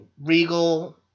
Regal